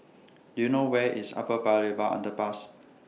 Do YOU know Where IS Upper Paya Lebar Underpass